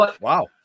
Wow